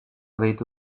gehitu